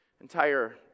entire